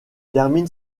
termine